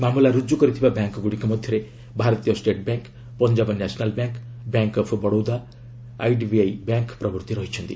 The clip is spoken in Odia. ମାମଲା ରୁଜୁ କରିଥିବା ବ୍ୟାଙ୍କ୍ଗୁଡ଼ିକ ମଧ୍ୟରେ ଭାରତୀୟ state bank Punjab national bank bank of Baroda IDBI bank ପ୍ରଭୂତି ରହିଛନ୍ତି